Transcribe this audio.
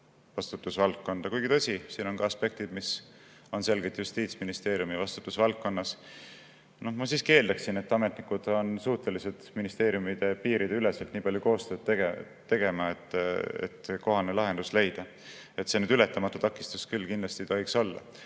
vastutusvaldkonda, kuigi, tõsi, siin on ka aspektid, mis on selgelt Justiitsministeeriumi vastutusvaldkonnas. Ma siiski eeldaksin, et ametnikud on suutelised ministeeriumide piiride üleselt nii palju koostööd tegema, et kohane lahendus leida. See nüüd ületamatu takistus küll ei tohiks